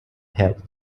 held